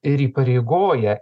ir įpareigoja